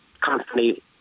constantly